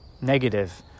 negative